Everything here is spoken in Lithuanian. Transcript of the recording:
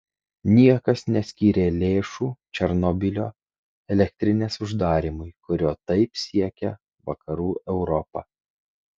niekas neskyrė lėšų černobylio elektrinės uždarymui kurio taip siekia vakarų europa